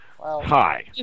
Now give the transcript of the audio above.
Hi